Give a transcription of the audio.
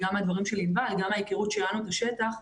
מהדברים של ענבל וגם מההכרות שלנו בשטח,